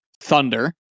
Thunder